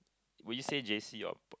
will you say J_C or